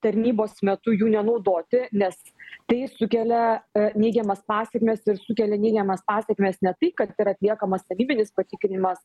tarnybos metu jų nenaudoti nes tai sukelia neigiamas pasekmes ir sukelia neigiamas pasekmes ne taip kad yra atliekamas tarnybinis patikrinimas